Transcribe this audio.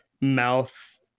mouth